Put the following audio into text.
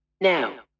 Now